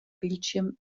bildschirm